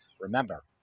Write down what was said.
Remember